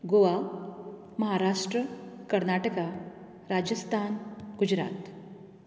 Goa Maharashtra Karnataka Rajasthan Gujarat